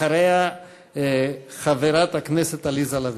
אחריה, חברת הכנסת עליזה לביא.